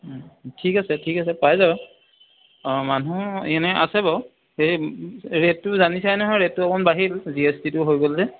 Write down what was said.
ঠিক আছে ঠিক আছে পাই যাবা অঁ মানুহ এনেই আছে বাৰু সেই ৰেটটো জানিছাই নহয় ৰেটটো অকণমান বাঢ়িল জি এছ টিটো হৈ গ'ল যে